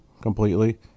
completely